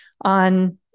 on